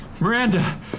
Miranda